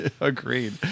Agreed